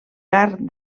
carn